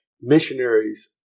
missionaries